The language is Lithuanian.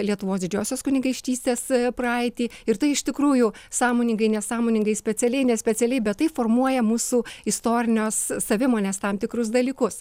lietuvos didžiosios kunigaikštystės praeitį ir tai iš tikrųjų sąmoningai nesąmoningai specialiai nespecialiai bet tai formuoja mūsų istorinios savimonės tam tikrus dalykus